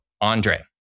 Andre